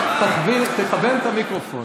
תכוון את המיקרופון.